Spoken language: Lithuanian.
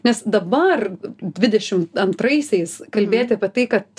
nes dabar dvidešim antraisiais kalbėti apie tai kad